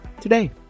today